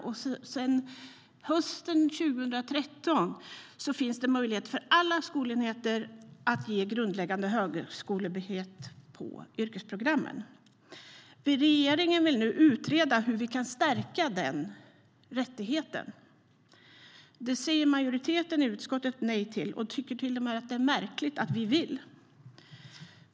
Sedan hösten 2013 finns det möjlighet för alla skolenheter att ge grundläggande högskolebehörighet för yrkesprogrammen. Regeringen vill nu utreda hur vi kan stärka den rättigheten. Det säger majoriteten i utskottet nej till och tycker till och med att det är märkligt att vi vill.